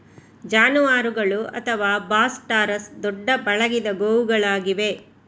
ಜಾನುವಾರುಗಳು ಅಥವಾ Bos taurus ದೊಡ್ಡ ಪಳಗಿದ ಗೋವುಗಳಾಗಿವೆ